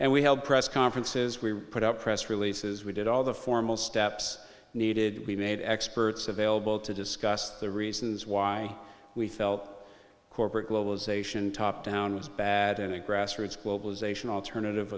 and we held press conferences we put up press releases we did all the formal steps needed we made experts available to discuss the reasons why we felt corporate globalization top down was bad and grassroots globalization alternative